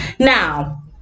now